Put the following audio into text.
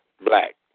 black